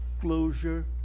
closure